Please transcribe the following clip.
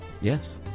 Yes